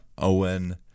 owen